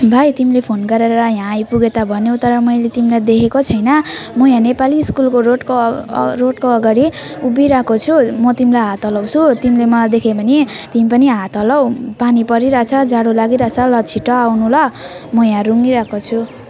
भाइ तिमीले फोन गरेर यहाँ आइपुगेँ त भन्यौ तर मैले तिमीलाई देखेको छैन म यहाँ नेपाली स्कुलको रोडको रोडको अगाडि उभिई रहेको छु म तिमीलाई हात हल्लाउँछु तिमीले मलाई देख्यौ भने तिमी पनि हात हल्लाऊ पानी परिरहेको छ जाडो लागिरहेको छ ल छिटो आउनु ल म यहाँ रुँगिरहेको छु